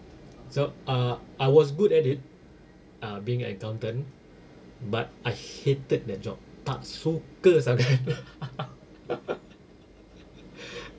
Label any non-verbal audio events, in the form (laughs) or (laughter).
so uh I was good at it uh being an accountant but I hated that job tak suka sangat (laughs)